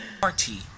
Party